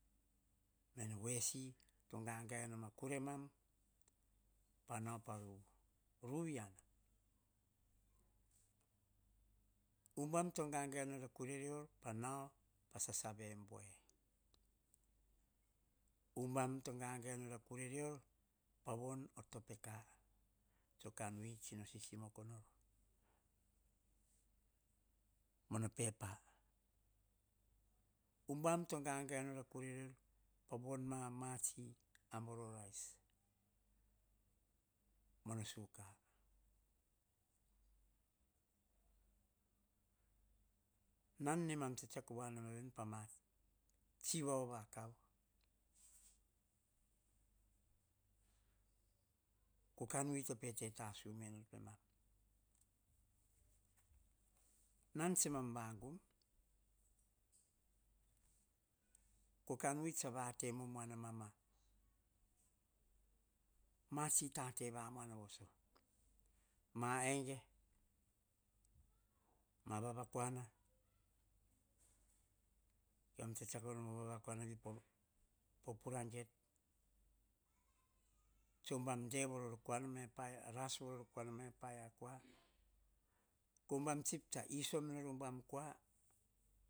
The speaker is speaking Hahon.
Mene wesi to gagae noma kuremam, pa nao pa ruvu iana. Ubam to gagae nor a kurereor pa nao pa von pa o topika, kan vui tsima sisimoko nor. Mana pepa ubam to gagae nor ama kurereor, pavon ma o aboro rais, mono suka. Nan nemem tsektsak voa noma vene pama tsi vao vakav kan vui to pete tasu menor pemam. Nan tsemam va gum ka kan vui tsa vate to momoa mam a, ma tsi tate vamoana voso, maege, ma vavakuana, nemam tsetsako noma o vava kua navi, po puragete. Tso ubam de varor kuana kara ka kua na ma, epaia kua, ko ubam chip, tsa iso me nor o ubam kua,